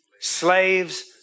slaves